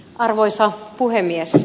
arvoisa puhemies